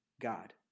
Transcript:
God